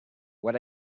what